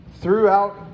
Throughout